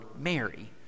Mary